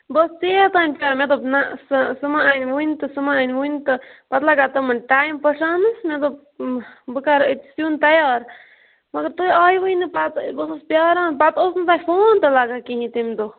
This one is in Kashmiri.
بہٕ ٲسٕس ژیر تام پیاران مےٚ دوٚپ نہ سُہ سُہ مہ اَنہِ وٕنۍ تہٕ سُہ مہ اَنہِ وٕنۍ تہٕ پَتہ لَگان تِمن ٹایم پٹھراونَس تہٕ بہٕ کَرٕ أتے سیُن تیار مگر تُہۍ آیوٕے نہٕ پَتہٕ بہٕ ٲسٕس پیاران پَتہٕ اوس نہٕ تۄہہِ فون تہِ لَگان تمہِ دۄہ